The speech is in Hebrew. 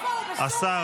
השר,